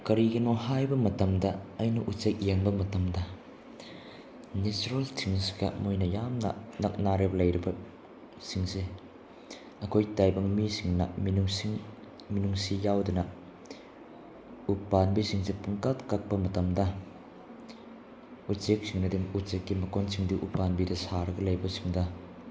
ꯀꯔꯤꯒꯤꯅꯣ ꯍꯥꯏꯕ ꯃꯇꯝꯗ ꯑꯩꯅ ꯎꯆꯦꯛ ꯌꯦꯡꯕ ꯃꯇꯝꯗ ꯅꯦꯆꯔꯦꯜ ꯊꯤꯡꯁꯀ ꯃꯣꯏꯅ ꯌꯥꯝꯅ ꯅꯛꯅꯔꯒ ꯂꯩꯔꯤꯕꯁꯤꯡꯁꯦ ꯑꯩꯈꯣꯏ ꯇꯥꯏꯕꯪ ꯃꯤꯁꯤꯡꯅ ꯃꯤꯅꯨꯡꯁꯤ ꯃꯤꯅꯨꯡꯁꯤ ꯌꯥꯎꯗꯅꯎ ꯎꯄꯥꯝꯕꯤꯁꯤꯡꯁꯦ ꯄꯨꯡꯀꯛ ꯀꯛꯄ ꯃꯇꯝꯗ ꯎꯆꯦꯛꯁꯤꯡꯗꯗꯤ ꯎꯆꯦꯛꯀꯤ ꯃꯀꯣꯟꯁꯤꯡꯗꯨ ꯎꯄꯥꯝꯕꯤꯗ ꯁꯥꯔꯒ ꯂꯩꯕꯁꯤꯡꯗ